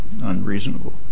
unreasonable